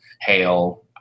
hail